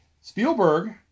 Spielberg